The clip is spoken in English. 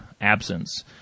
absence